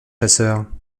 chasseur